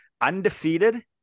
Undefeated